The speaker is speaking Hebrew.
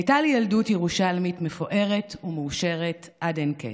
הייתה לי ילדות ירושלמית מפוארת ומאושרת עד אין-קץ.